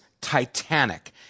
titanic